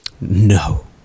No